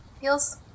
Feels